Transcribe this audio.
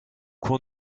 coin